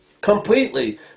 completely